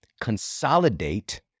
consolidate